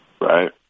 right